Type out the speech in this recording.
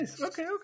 okay